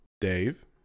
Dave